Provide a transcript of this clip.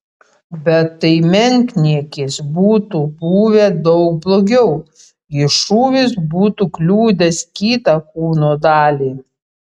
bet tai menkniekis būtų buvę daug blogiau jei šūvis būtų kliudęs kitą kūno dalį